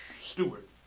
Stewart